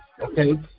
Okay